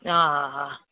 हा हा हा